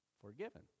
forgiven